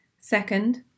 Second